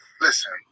Listen